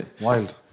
Wild